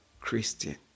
Christian